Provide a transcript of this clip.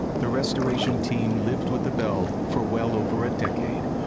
the restoration team lived with the belle for well over a decade.